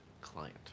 client